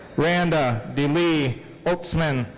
randa delee oltmanns.